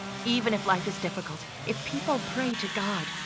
even if life is difficult, if people pray to god,